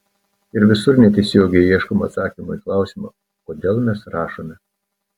ir visur netiesiogiai ieškoma atsakymo į klausimą kodėl mes rašome